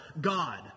God